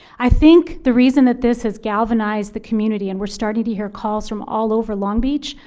i think the reason that this has galvanized the community, and we're starting to hear calls from all over long beach,